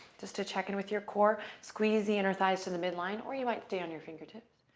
just to check in with your core. squeeze the inner thighs to the midline, or you might stay on your fingertips.